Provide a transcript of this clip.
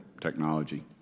technology